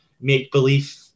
make-believe